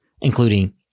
including